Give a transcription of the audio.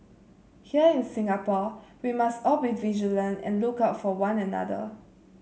here in Singapore we must all be vigilant and look out for one another